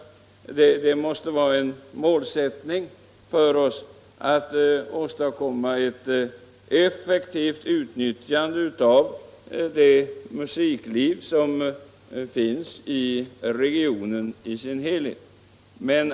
Det måste vara en målsättning för oss att åstadkomma ett effektivt utnyttjande av det musikliv som finns i regionen i dess helhet.